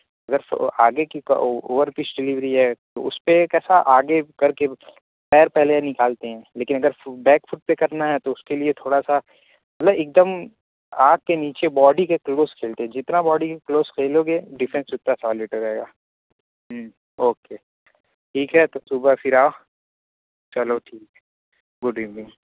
اگر آگے کی اوور فش ڈلیوری ہے تو اس پہ کیسا آگے کر کے پیر پہلے نکالتے ہیں لیکن اگر بیک فڈ پہ کرنا ہے تو اس کے لیے تھوڑا سا مطلب ایک دم آگ کے نیچے باڈی کے کلوز کھیلتے ہیں جتنا باڈی کے کلوز کھیلو گے ڈیفینس اتنا سولڈ رہے گا اوکے ٹھیک ہے تو صبح پھر آپ چلو ٹھیک ہے گڈ ایوننگ